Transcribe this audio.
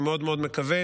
אני מאוד מאוד מקווה,